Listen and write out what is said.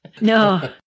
No